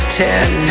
ten